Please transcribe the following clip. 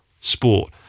sport